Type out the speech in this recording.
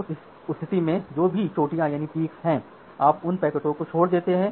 उस स्थिति में जो भी चोटियाँ हैं आप उन पैकेटों को छोड़ देते हैं